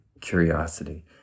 curiosity